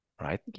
right